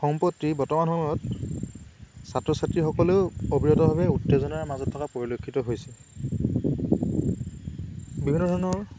সম্প্ৰতি বৰ্তমান সময়ত ছাত্ৰ ছাত্ৰীসকলেও অবিৰতভাৱে উত্তেজনাৰ মাজত থকা পৰিলক্ষিত হৈছে বিভিন্ন ধৰণৰ